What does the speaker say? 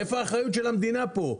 איפה האחריות של המדינה פה?